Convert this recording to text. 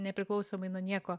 nepriklausomai nuo nieko